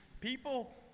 People